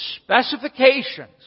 specifications